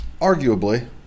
Arguably